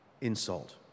insult